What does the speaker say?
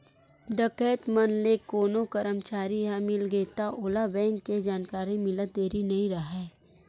डकैत मन ले कोनो करमचारी ह मिलगे त ओला बेंक के जानकारी मिलत देरी नइ राहय